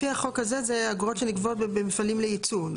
לפי החוק הזה זה אגרות שנגבות במפעלים לייצור.